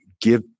give